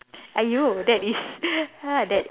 !aiyo! that is uh that